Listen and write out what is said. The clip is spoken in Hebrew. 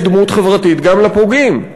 יש דמות חברתית גם לפוגעים.